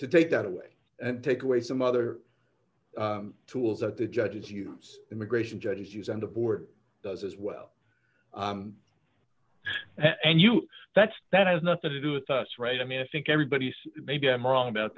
to take that away and take away some other tools that the judges use immigration judges use and the board does as well and you that's that has nothing to do with us right i mean i think everybody's maybe i'm wrong about